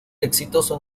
exitoso